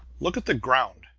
look at the ground!